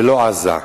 ללא עזה.